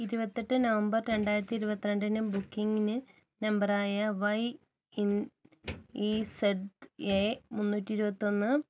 ഇരുപത്തിയെട്ട് നവംബർ രണ്ടായിരത്തി ഇരുപത്തിരണ്ടിന് ബുക്കിംഗ് നമ്പറായ Y N E Z A മുന്നൂറ്റി ഇരുപത്തിയൊന്ന്